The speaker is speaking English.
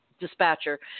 dispatcher